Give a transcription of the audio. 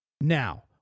Now